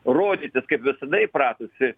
rodytis kaip visada įpratusi